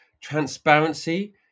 transparency